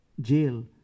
jail